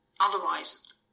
otherwise